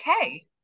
okay